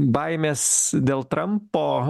baimės dėl trampo